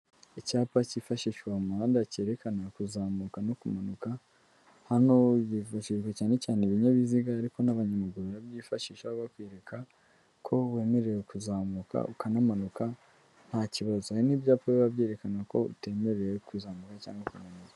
Icyapa cyifashisha uwo muhanda cyerekana kuzamuka no kumanuka, hano hifashishwa cyane cyane ibinyabiziga ariko n'abanyamaguru barabyifashisha bakwereka ko wemerewe kuzamuka ukanamanuka ntakibazo. Hari n'ibyapa biba byerekana ko utemerewe kuzamura cyangwa kumanuka.